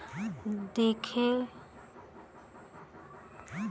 देखेल बड़ मकड़ी कइसे जाली बनावेलि फिर ओहि जाल में छोट मोट कीड़ा फस जालन जेकरा उ खा लेवेलिसन